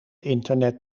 internet